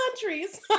countries